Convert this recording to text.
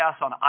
on